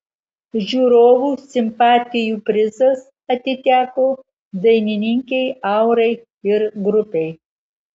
žiūrovų simpatijų prizas atiteko dainininkei aurai ir grupei